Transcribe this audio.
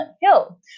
Hill